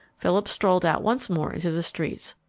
philip strolled out once more into the streets,